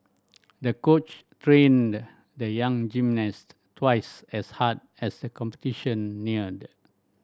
the coach trained the young gymnast twice as hard as the competition neared